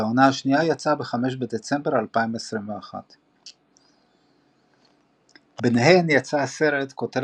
והעונה השנייה יצאה ב-5 בדצמבר 2021. ביניהן יצא הסרט "קוטל